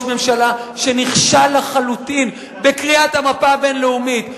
ממשלה שנכשל לחלוטין בקריאת המפה הבין-לאומית.